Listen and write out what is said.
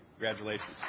Congratulations